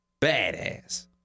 badass